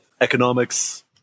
economics